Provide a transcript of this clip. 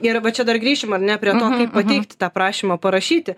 ir va čia dar grįšim ar ne prie to kaip pateikti tą prašymą parašyti